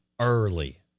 early